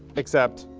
except.